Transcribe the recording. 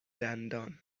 دندان